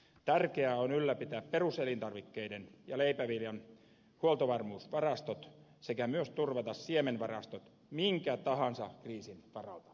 tärkeää on ylläpitää peruselintarvikkeiden ja leipäviljan huoltovarmuusvarastoja sekä myös turvata siemenvarastot minkä tahansa kriisin varalta